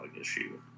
issue